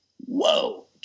Whoa